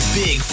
big